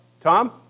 Tom